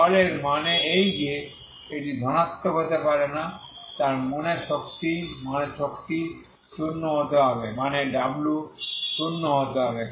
তাহলে এর মানে এই যে এটি ধনাত্মক হতে পারে না তার মানে শক্তি শূন্য হতে হবে মানে w শূন্য হতে হবে